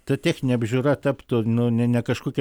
ta techninė apžiūra taptų nu ne ne kažkokia